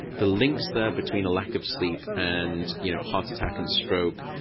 the links there between a lack of sleep and you know heart attack and stroke,